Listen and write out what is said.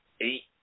eight